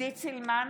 עידית סילמן,